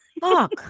Fuck